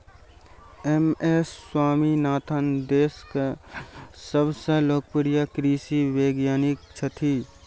M S Swaminathan देशक सबसं लोकप्रिय कृषि वैज्ञानिक छथि